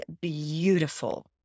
beautiful